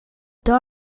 there